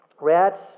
rats